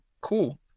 cool